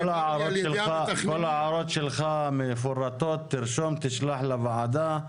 כל ההערות שלך מפורטות אז תשלח אותן לוועדה.